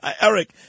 Eric